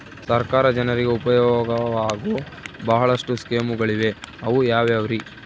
ಸರ್ಕಾರ ಜನರಿಗೆ ಉಪಯೋಗವಾಗೋ ಬಹಳಷ್ಟು ಸ್ಕೇಮುಗಳಿವೆ ಅವು ಯಾವ್ಯಾವ್ರಿ?